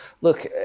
look